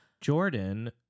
Jordan